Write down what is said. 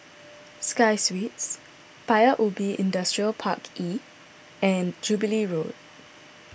Sky Suites Paya Ubi Industrial Park E and Jubilee Road